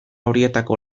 horietako